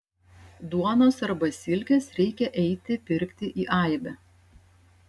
duonos arba silkės reikia eiti pirkti į aibę